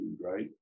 right